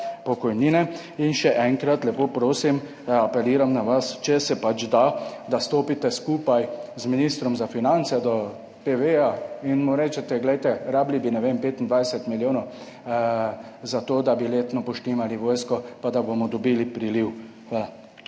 pokojnine. Še enkrat, lepo prosim, apeliram na vas, če se da, stopite skupaj z ministrom za finance do PV in mu recite, glejte, potrebovali bi 25 milijonov za to, da bi letno poštimali vojsko in da bomo dobili priliv.